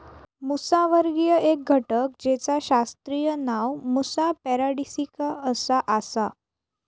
मुसावर्गीय एक घटक जेचा शास्त्रीय नाव मुसा पॅराडिसिका असा आसा